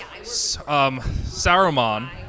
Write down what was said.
Saruman